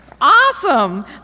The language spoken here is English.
Awesome